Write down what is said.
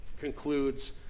concludes